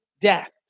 death